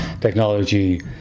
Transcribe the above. technology